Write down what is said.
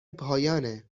پایانه